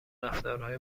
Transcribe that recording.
رفتارهای